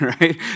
right